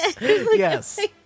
Yes